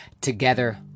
Together